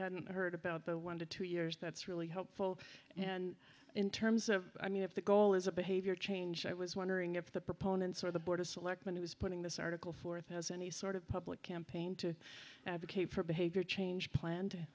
hadn't heard about the one to two years that's really helpful and in terms of i mean if the goal is a behavior change i was wondering if the proponents or the board of selectmen was putting this article forth as any sort of public campaign to advocate for behavior change planned